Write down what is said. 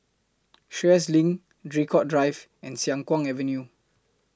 Sheares LINK Draycott Drive and Siang Kuang Avenue